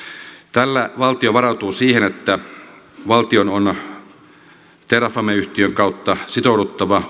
tällä valtio varautuu siihen että valtion on terrafame yhtiön kautta sitouduttava